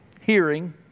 hearing